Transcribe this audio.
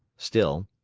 still,